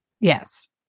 Yes